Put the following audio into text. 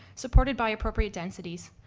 supported by appropriate densities,